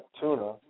tuna